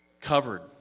covered